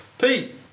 Pete